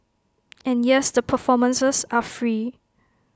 and yes the performances are free